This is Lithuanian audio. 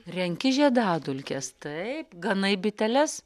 renki žiedadulkes taip ganai biteles